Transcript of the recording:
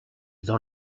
dans